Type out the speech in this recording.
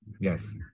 Yes